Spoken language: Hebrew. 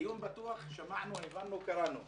דיון פתוח, שמענו, הבנו, קראנו.